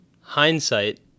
hindsight